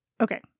Okay